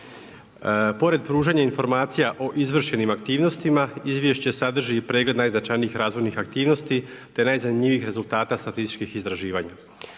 Pored pružanja informacija o izvršenim aktivnostima izvješće sadrži i pregled najznačajnih razvojnih aktivnosti, te najzanimljivijih rezultata statističkih izraživanja.